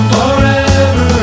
Forever